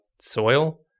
soil